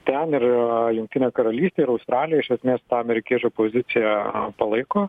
ten ir jungtinė karalystė ir australija iš esmės amerikiečių pozicija palaiko